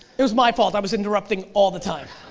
it was my fault i was interrupting all the time.